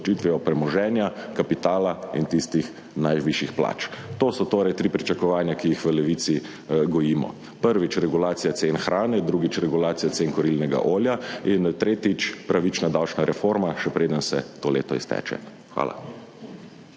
z obdavčitvijo premoženja, kapitala in tistih najvišjih plač. To so torej tri pričakovanja, ki jih v Levici gojimo. Prvič – regulacija cen hrane, drugič – regulacija cen kurilnega olja in tretjič – pravična davčna reforma še preden se to leto izteče. Hvala.